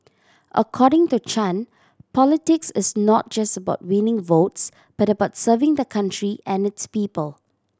according to Chan politics is not just about winning votes but about serving the country and its people